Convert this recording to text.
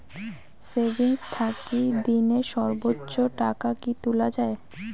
Savings থাকি দিনে সর্বোচ্চ টাকা কি তুলা য়ায়?